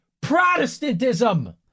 Protestantism